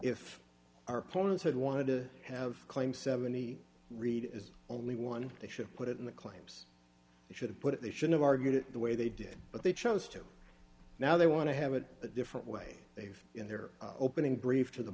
if our opponents had wanted to have claimed seventy read as only one they should put it in the claims they should have put it they should have argued it the way they did but they chose to now they want to have it a different way they've in their opening brief to the